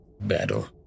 battle